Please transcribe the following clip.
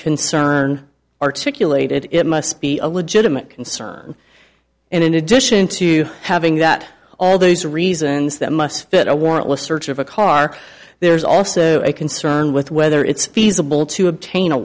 concern articulated it must be a legitimate concern and in addition to having that all those reasons that must fit a warrantless search of a car there's also a concern with whether it's feasible to obtain a